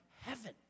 heaven